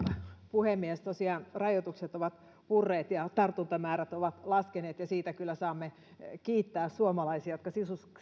puhemies tosiaan rajoitukset ovat purreet ja tartuntamäärät ovat laskeneet ja siitä kyllä saamme kiittää suomalaisia jotka